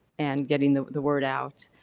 and getting the the word out.